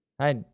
Hi